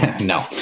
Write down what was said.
No